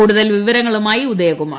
കൂടുതൽ വിവരങ്ങളുമായി ഉദയ്കുമാർ